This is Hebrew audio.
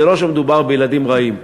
זה לא שמדובר בילדים רעים,